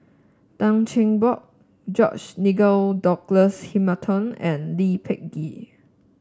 Tan Cheng Bock George Nigel Douglas Hamilton and Lee Peh Gee